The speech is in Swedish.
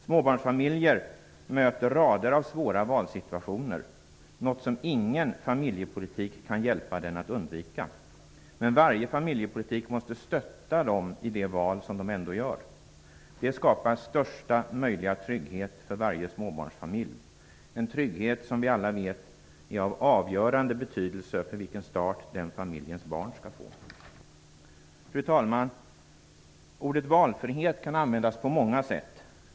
Småbarnsfamiljer möter rader av svåra valsituationer - något som ingen familjepolitik kan hjälpa dem att undvika. Men varje familjepolitik måste stötta dem i de val som de ändå gör. Det skapar största möjliga trygghet för varje småbarnsfamilj. Den tryggheten är, som vi alla vet, av avgörande betydelse för vilken start den familjens barn skall få. Fru talman! Ordet valfrihet kan användas på många sätt.